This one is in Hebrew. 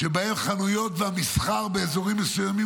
שבה חנויות ומסחר באזורים מסוימים